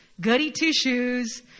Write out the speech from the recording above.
goody-two-shoes